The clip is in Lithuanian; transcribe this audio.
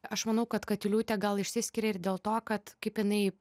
aš manau kad katiliūtė gal išsiskiria ir dėl to kad kaip jinai